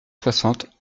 soixante